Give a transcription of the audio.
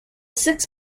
six